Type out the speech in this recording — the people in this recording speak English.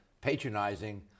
patronizing